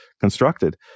constructed